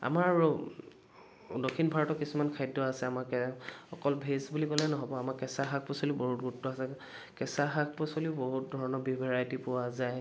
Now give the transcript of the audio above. আমাৰ দক্ষিণ ভাৰতৰ কিছুমান খাদ্য আছে আমাৰ কে অকল ভেজ বুলি ক'লেই নহ'ব আমাৰ কেঁচা শাক পাচলিৰ বহুত গুৰুত্ব আছে কেঁচা শাক পাচলি বহুত ধৰণৰ ভেৰাইটি পোৱা যায়